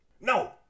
no